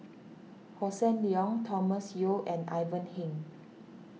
Hossan Leong Thomas Yeo and Ivan Heng